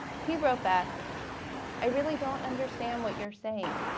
he wrote back i really don't understand what you're saying.